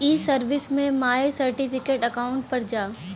ई सर्विस में my certificate account पर जा